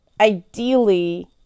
ideally